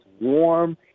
warm